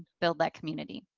build that community.